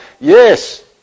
Yes